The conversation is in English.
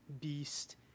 Beast